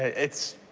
it's.